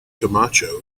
camacho